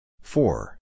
four